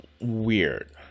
weird